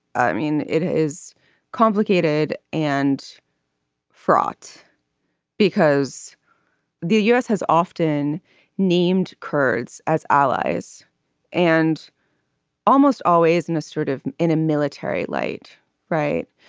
i mean it is complicated and fraught because the us has often named kurds as allies and almost always in a sort of in a military light right.